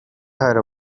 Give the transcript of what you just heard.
her